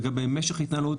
לגבי משך ההתנהלות,